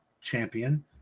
Champion